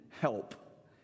help